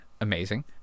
amazing